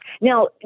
Now